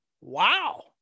Wow